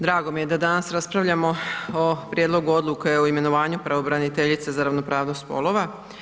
Drago mi je da danas raspravljamo o Prijedlogu odluke o imenovanju pravobraniteljice za ravnopravnost spolova.